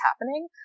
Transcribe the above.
happening